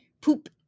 poop